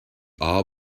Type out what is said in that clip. all